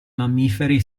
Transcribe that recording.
mammiferi